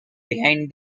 behind